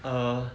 err